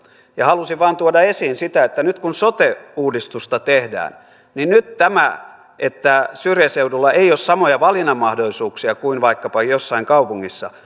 halusin vain tuoda esiin sitä että nyt kun sote uudistusta tehdään niin nyt tämä että syrjäseudulla ei ole samoja valinnanmahdollisuuksia kuin vaikkapa jossain kaupungissa